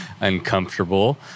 uncomfortable